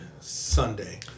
Sunday